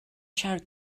siarad